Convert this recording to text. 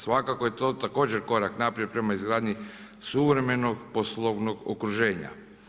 Svakako je to također korak naprijed prema izgradnji suvremenog poslovnog okruženja.